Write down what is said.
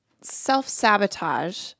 self-sabotage